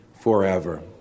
forever